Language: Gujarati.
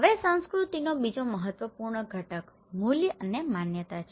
હવે સંસ્કૃતિનો બીજો મહત્વપૂર્ણ ઘટક મૂલ્યો અને માન્યતાઓ છે